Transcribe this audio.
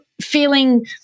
feeling